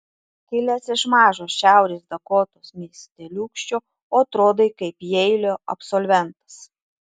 kilęs iš mažo šiaurės dakotos miesteliūkščio o atrodai kaip jeilio absolventas